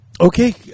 Okay